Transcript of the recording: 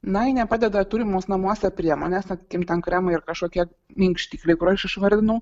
na jei nepadeda turimos namuose priemonės sakykime ten kremai ir kažkokie minkštikliai kur aš išvardinau